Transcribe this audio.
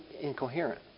incoherent